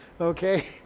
Okay